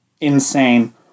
insane